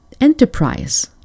enterprise